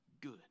good